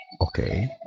Okay